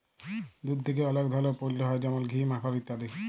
দুধ থেক্যে অলেক ধরলের পল্য হ্যয় যেমল ঘি, মাখল ইত্যাদি